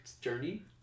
journey